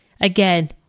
Again